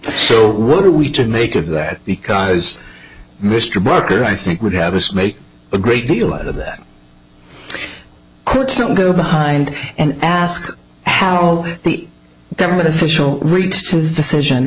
so what are we to make of that because mr barker i think would have us make a great deal of that court so go behind and ask how the government official reached his decision